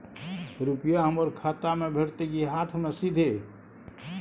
रुपिया हमर खाता में भेटतै कि हाँथ मे सीधे?